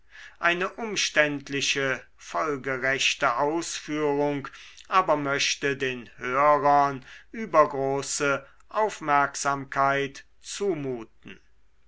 eine umständliche folgerechte ausführung aber möchte den hörern übergroße aufmerksamkeit zumuten